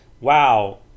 wow